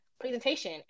presentation